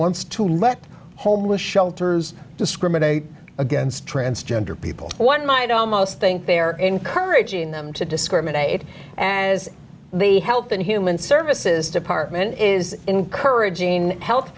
wants to let homeless shelters discriminate against transgender people one might almost think they are encouraging them to discriminate as the health and human services department is encouraging health